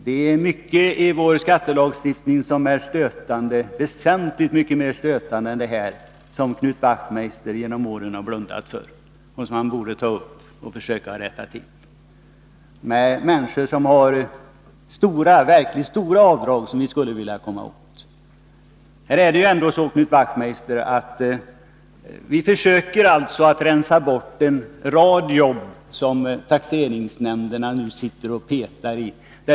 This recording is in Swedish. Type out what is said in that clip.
Det är mycket i vår skattelagstiftning som är stötande, väsentligt mycket mer stötande än detta, som Knut Wachtmeister genom åren har blundat för och som han borde ta upp och försöka rätta till. Det är de människor som verkligen har stora avdrag som vi skulle vilja komma åt. Vi försöker således rensa bort en rad uppgifter som taxeringsnämnderna nu sitter och petar i.